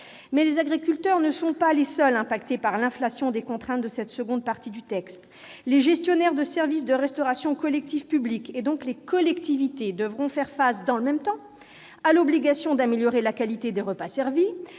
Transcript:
»! Les agriculteurs ne sont pas les seuls affectés par l'inflation des contraintes introduites dans la seconde partie du texte. Les gestionnaires de services de restauration collective publique, et donc les collectivités, devront faire face, « dans le même temps », à l'obligation d'améliorer la qualité des repas servis,